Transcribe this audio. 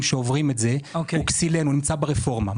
נמצא ברפורמה.